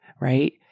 right